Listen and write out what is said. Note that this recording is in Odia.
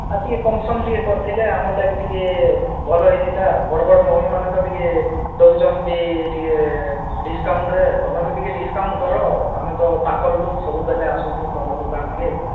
ଆର୍ ଟିକେ କମ୍ସମ୍ ଟିକେ କରିଥିଲେ ଆମର୍ ଲାଗି ଟିକେ ଭଲ ହେଇଥିତା ବଡ଼ ବଡ଼ ମଲ୍ ମାନେ ତ ଟିକେ ଦଉଛନ୍ ବି ଟିକେ ଡିସ୍କାଉଣ୍ଟରେ ତମେ ବି ଟିକେ ଡିସ୍କାଉଣ୍ଟ କର ଆମେ ତ ପାଖର୍ ଲୋକ୍ ସବୁବେଳେ ଆସୁଛୁଁ ତମର୍ ଦୁକାନ୍ କେ